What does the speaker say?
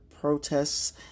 protests